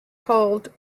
hold